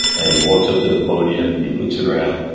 and he walks up to the podium and he looks around,